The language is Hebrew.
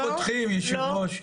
לא פותחים, היושבת-ראש.